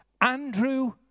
Andrew